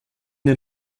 den